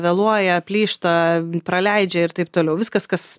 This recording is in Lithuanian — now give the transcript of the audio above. vėluoja plyšta praleidžia ir taip toliau viskas kas